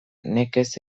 nekez